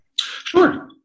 Sure